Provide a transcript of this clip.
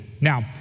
Now